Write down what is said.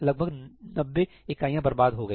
लगभग 90 इकाइयां बर्बाद हो गई